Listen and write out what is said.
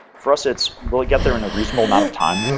for us it's really get there in a reasonable amount of time,